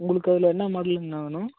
உங்களுக்கு அதில் என்ன மாடலுங்கணா வேணும்